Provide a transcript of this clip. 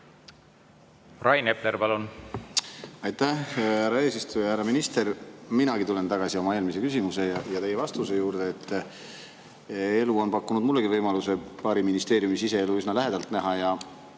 Rain Epler, palun! Aitäh, härra eesistuja! Härra minister! Minagi tulen tagasi oma eelmise küsimuse ja teie vastuse juurde. Elu on pakkunud mullegi võimaluse paari ministeeriumi siseelu üsna lähedalt näha ja